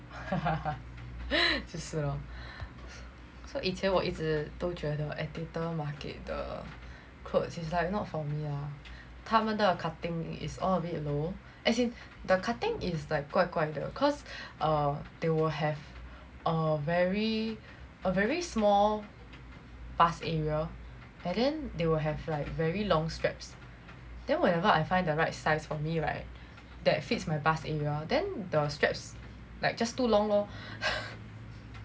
就是 lor so 以前我一直都觉得 editor's market the clothes is like not for me ah 他们的 cutting is all a bit low as in the cutting is like 怪怪的 cause uh they will have a very a very small bust area and then they will have like very long straps then whenever I find the right size for me right that fits my bust area then the straps like just too long lor